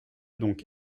donc